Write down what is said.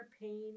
pain